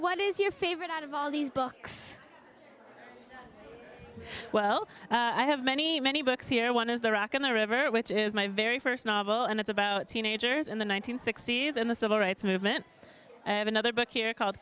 what is your favorite out of all these books well i have many many books here one is the rock and the river which is my very first novel and it's about teenagers in the one nine hundred sixty s and the civil rights movement and another book here called